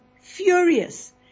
furious